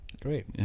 Great